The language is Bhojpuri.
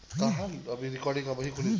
ओक्सीजन सभकरे खातिर बहुते जरूरी होला